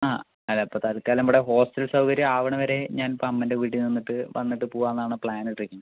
ആ അല്ല ഇപ്പോൾ തൽക്കാലം ഇവിടെ ഹോസ്റ്റൽ സൗകര്യം ആവണ വരെ ഞാൻ ഇപ്പോൾ അമ്മേൻ്റെ വീട്ടിൽ നിന്നിട്ട് വന്നിട്ടു പോകാമെന്നാണ് പ്ലാൻ ഇട്ടിരിക്കന്നത്